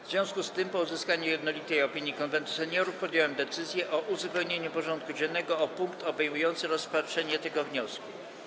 W związku z tym, po uzyskaniu jednolitej opinii Konwentu Seniorów, podjąłem decyzję o uzupełnieniu porządku dziennego o punkt obejmujący rozpatrzenie tego wniosku.